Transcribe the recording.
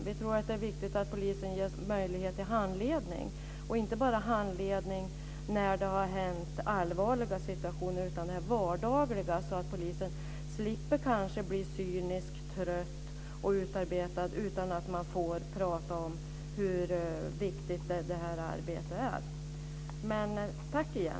Vi tror att det är viktigt att poliserna ges möjlighet till handledning inte bara när det har varit allvarliga situationer utan i vardagen, så att poliserna slipper bli cyniska, trötta och utarbetade utan får prata om hur viktigt detta arbete är. Tack igen!